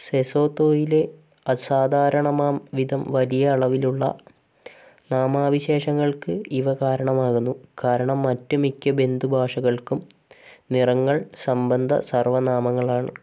സെസോത്തോയിലെ അസാധാരണമാം വിധം വലിയ അളവിലുള്ള നാമാവിശേഷണങ്ങൾക്ക് ഇവ കാരണമാകുന്നു കാരണം മറ്റ് മിക്ക ബന്ധു ഭാഷകൾക്കും നിറങ്ങൾ സംബന്ധ സർവ്വനാമങ്ങളാണ്